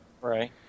Right